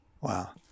Wow